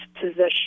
position